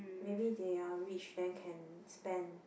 maybe they are rich then can spend